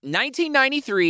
1993